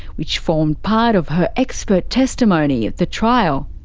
which formed part of her expert testimony at the trial.